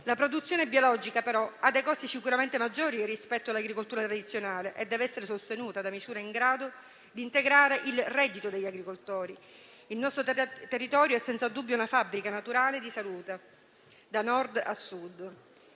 La produzione biologica ha però dei costi sicuramente maggiori rispetto all'agricoltura tradizionale e deve essere sostenuta da misure in grado di integrare il reddito degli agricoltori. Il nostro territorio è senza dubbio una fabbrica naturale di salute da Nord a Sud.